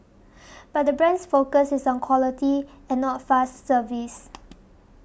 but the brand's focus is on quality and not fast service